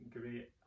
great